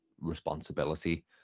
responsibility